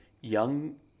young